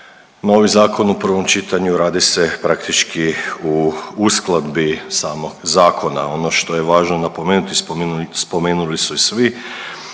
novi zakon u prvom čitanju radi se praktički u uskladbi samog zakona. Ono što je važno napomenuti, spomenuli su i svi